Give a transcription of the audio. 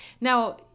Now